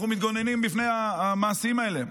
אנחנו מתגוננים מפני המעשים האלה.